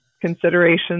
considerations